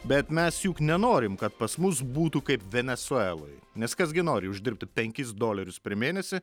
bet mes juk nenorim kad pas mus būtų kaip venesueloj nes kas gi nori uždirbti penkis dolerius per mėnesį